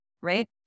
right